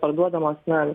parduodamos na